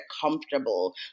comfortable